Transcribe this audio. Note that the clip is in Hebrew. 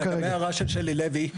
לגבי ההערה של שלי לוי,